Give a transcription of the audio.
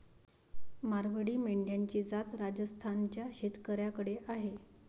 मारवाडी मेंढ्यांची जात राजस्थान च्या शेतकऱ्याकडे आहे